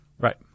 Right